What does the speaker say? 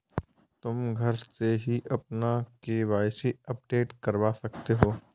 तुम घर से ही अपना के.वाई.सी अपडेट करवा सकते हो